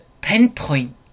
pinpoint